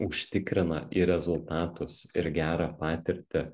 užtikrina į rezultatus ir gerą patirtį